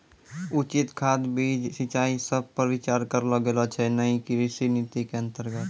उचित खाद, बीज, सिंचाई सब पर विचार करलो गेलो छै नयी कृषि नीति के अन्तर्गत